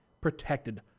Protected